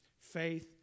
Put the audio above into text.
Faith